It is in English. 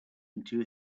into